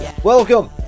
Welcome